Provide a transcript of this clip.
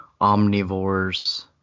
omnivores